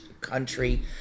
country